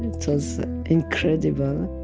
and so was incredible.